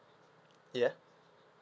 ya